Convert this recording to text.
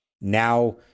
Now